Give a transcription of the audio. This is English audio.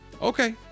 Okay